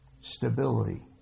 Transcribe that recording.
stability